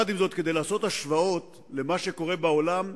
עם זאת, כדי לעשות השוואות למה שקורה בעולם,